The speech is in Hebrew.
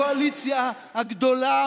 הקואליציה הגדולה,